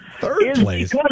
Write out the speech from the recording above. Third-place